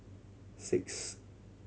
six